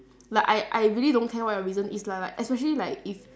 like I I really don't care what your reason is lah like especially like if